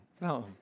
No